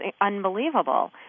unbelievable